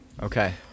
Okay